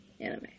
anime